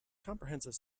comprehensive